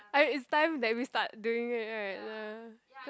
I it's time that we start doing it right ya